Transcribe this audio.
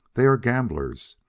they are gamblers,